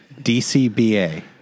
DCBA